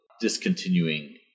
discontinuing